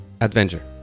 adventure